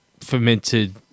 Fermented